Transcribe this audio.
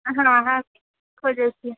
हँ हँ खोजै छी